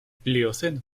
plioceno